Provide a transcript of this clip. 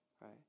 right